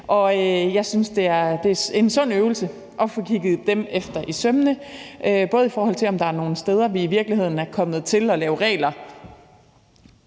og jeg synes, det er en sund øvelse at få kigget dem efter i sømmene, både i forhold til om der er nogle steder, vi i virkeligheden er kommet til at lave regler